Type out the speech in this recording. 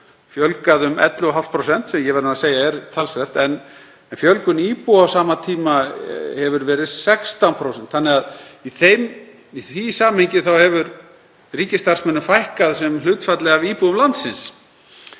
fjölgað um 11,5%, sem ég verð nú að segja er talsvert, en fjölgun íbúa á sama tíma hefur verið 16%, þannig að í því samhengi hefur ríkisstarfsmönnum fækkað sem hlutfalli af íbúum landsins.